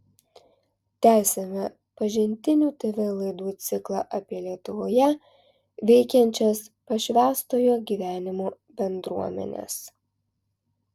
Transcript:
tęsiame pažintinių tv laidų ciklą apie lietuvoje veikiančias pašvęstojo gyvenimo bendruomenes